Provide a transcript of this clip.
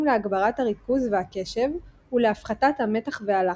להגברת הריכוז והקשב ולהפחתת המתח והלחץ,